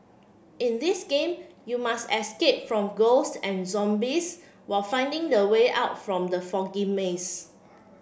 in this game you must escape from ghost and zombies while finding the way out from the foggy maze